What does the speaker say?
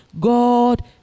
God